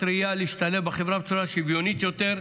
ראייה להשתלב בחברה בצורה שוויונית יותר.